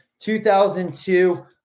2002